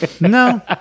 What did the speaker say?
No